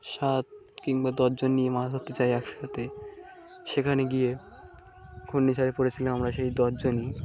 সাত কিংবা দশজন নিয়ে মাছ ধরতে যাই একসাথে সেখানে গিয়ে ঘূর্ণিঝড়ে পড়েছিলাম আমরা সেই দশজনই